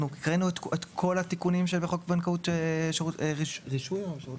לירון מאוטנר לוגסי, משרד